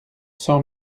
cent